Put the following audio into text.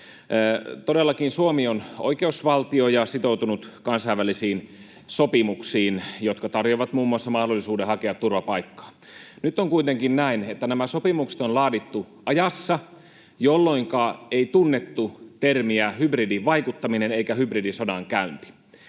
Todellakin, Suomi on oikeusvaltio ja sitoutunut kansainvälisiin sopimuksiin, jotka tarjoavat muun muassa mahdollisuuden hakea turvapaikkaa. Nyt on kuitenkin näin, että nämä sopimukset on laadittu ajassa, jolloinka ei tunnettu termiä hybridivaikuttaminen eikä hybridisodankäynti.